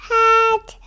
Head